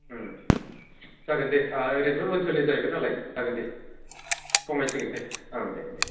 जागोन दे आह ओरैन्थ' ओनसोलनि जाहैबाय नालाय जागोन दे खमायसिगोन दे ओं दे दे